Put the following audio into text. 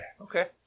Okay